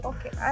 Okay